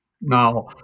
now